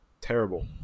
terrible